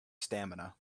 stamina